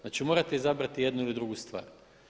Znači morate izabrati jednu ili drugu stvar.